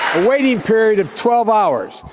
ah waiting period of twelve hours.